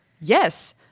yes